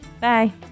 Bye